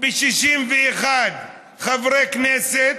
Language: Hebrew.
ב-61 חברי כנסת